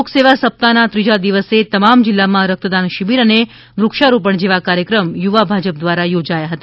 લોક સેવા સપ્તાહ ના ત્રીજા દિવસે તમામ જિલ્લા માં રક્તદાન શિબિર અને વૃક્ષારોપણ જેવા કાર્યક્રમ યુવા ભાજપ દ્વારા યોજાયા હતા